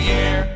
Year